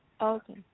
Okay